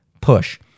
push